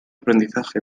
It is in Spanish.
aprendizaje